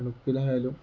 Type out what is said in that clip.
തണുപ്പിലായാലും